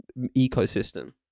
ecosystem